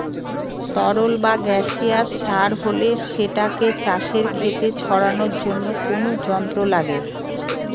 তরল বা গাসিয়াস সার হলে সেটাকে চাষের খেতে ছড়ানোর জন্য কোনো যন্ত্র লাগে